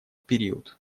период